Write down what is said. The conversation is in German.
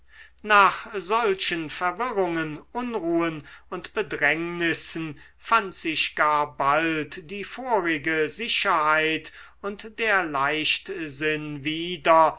nach solchen verwirrungen unruhen und bedrängnissen fand sich gar bald die vorige sicherheit und der leichtsinn wieder